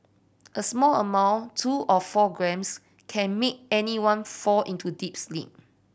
a small amount two or four grams can make anyone fall into a deep sleep